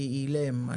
אני אילם,